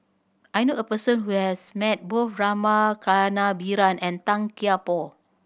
I knew a person who has met both Rama Kannabiran and Tan Kian Por